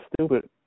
stupid